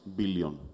billion